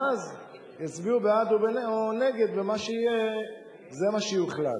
ואז יצביעו בעד או נגד ומה שיהיה זה מה שיוחלט.